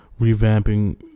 revamping